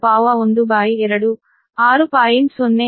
052 12 6